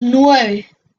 nueve